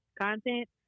content